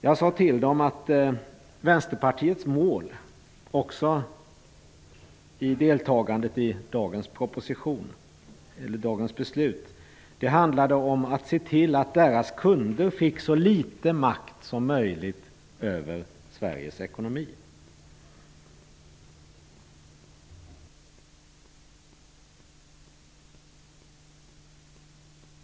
Jag sade till dem att Vänsterpartiets mål också när det gäller deltagandet i dagens beslut handlar om att se till att deras kunder får så litet makt som möjligt över Sveriges ekonomi.